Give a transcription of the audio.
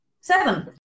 Seven